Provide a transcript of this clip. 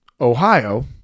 Ohio